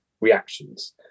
reactions